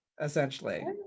Essentially